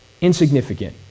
Insignificant